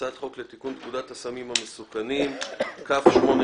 הצעת חוק לתיקון פקודת הסמים המסוכנים, כ/816.